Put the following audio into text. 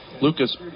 Lucas